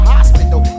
Hospital